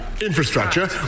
infrastructure